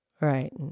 Right